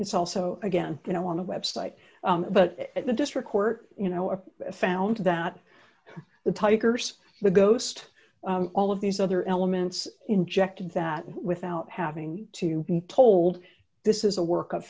it's also again you know on a website but at the district court you know i found that the tiger's the ghost all of these other elements injected that without having to be told this is a work